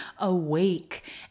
awake